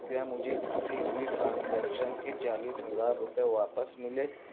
کیا مجھے پھنسی ہوئی ٹرانزیکشن کے چالیس ہزار روپئے واپس ملے